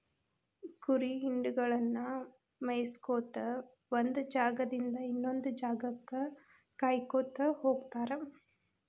ಕುರಿ ಹಿಂಡಗಳನ್ನ ಮೇಯಿಸ್ಕೊತ ಒಂದ್ ಜಾಗದಿಂದ ಇನ್ನೊಂದ್ ಜಾಗಕ್ಕ ಕಾಯ್ಕೋತ ಹೋಗತಾರ